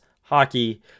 hockey